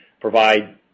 provide